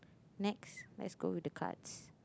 next let's go to the cards